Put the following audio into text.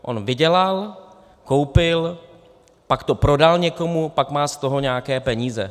On vydělal, koupil, pak to prodal někomu, pak má z toho nějaké peníze.